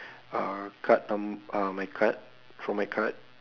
uh card num uh my card from my card